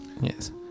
Yes